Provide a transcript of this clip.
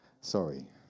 Sorry